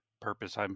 purpose